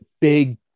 big